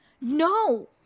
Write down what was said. No